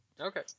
Okay